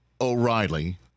O'Reilly